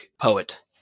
poet